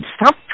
stop